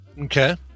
okay